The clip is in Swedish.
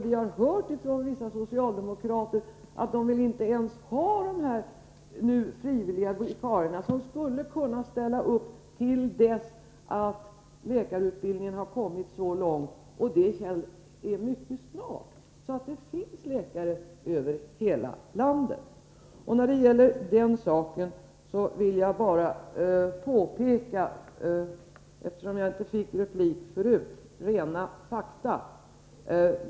Vi har hört från vissa socialdemokrater att de inte ens vill ha de frivilliga vikarier som skulle kunna ställa upp till dess att läkarutbildningen har kommit så långt — och det är fallet mycket snart — att det finns läkare över hela landet. När det gäller den saken vill jag — eftersom jag inte fick replik förut — peka på rena fakta.